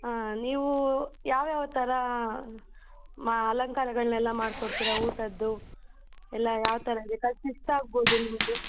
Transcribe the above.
ಹಾಂ ನೀವು ಯಾವ ಯಾವ ಥರ ಮ ಅಲಂಕಾರಗಳನ್ನೆಲ್ಲ ಮಾಡ್ಕೊಡ್ತೀರಾ ಊಟದ್ದು ಎಲ್ಲ ಯಾವ ಥರ ಇದೆ ಖರ್ಚು ಎಷ್ಟಾಗ್ಬೋದು ನಿಮ್ಮದು